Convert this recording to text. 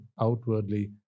outwardly